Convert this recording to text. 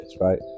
right